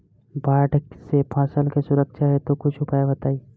बाढ़ से फसल के सुरक्षा हेतु कुछ उपाय बताई?